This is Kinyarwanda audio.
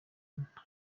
nta